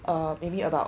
err maybe about